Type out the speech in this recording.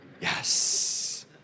Yes